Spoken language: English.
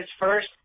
first